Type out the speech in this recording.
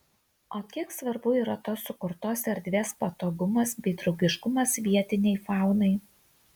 o kiek svarbu yra tos sukurtos erdvės patogumas bei draugiškumas vietinei faunai